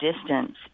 distance